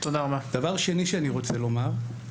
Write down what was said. דבר שני שאני רוצה לומר,